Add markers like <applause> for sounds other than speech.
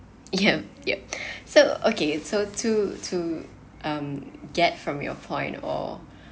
yup yup <breath> so okay so to to um get from your point or